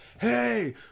Hey